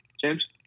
James